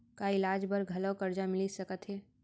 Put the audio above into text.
का इलाज बर घलव करजा मिलिस सकत हे?